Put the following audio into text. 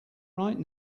right